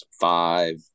five